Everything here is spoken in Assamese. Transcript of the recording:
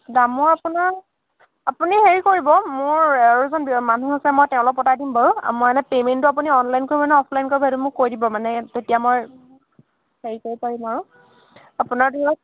দামো আপোনাৰ আপুনি হেৰি কৰিব মোৰ আৰু এজন মানুহ আছে মই তেওঁ লগত পতাই দিম বাৰু মই এনেই পেমেণ্টটো আপুনি অনলাইন কৰিব নে অ'ফলাইন কৰিব সেইটো মোক কৈ দিব মানে তেতিয়া মই হেৰি কৰিব পাৰিম আৰু আপোনাৰ ধেৰ